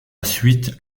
suite